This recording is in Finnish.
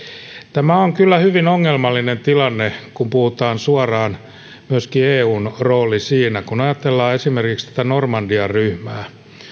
tämä on kyllä hyvin ongelmallinen tilanne kun puhutaan suoraan myöskin eun rooli siinä kun ajatellaan esimerkiksi tätä normandian ryhmää